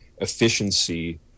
efficiency